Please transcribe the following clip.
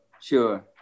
Sure